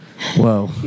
Whoa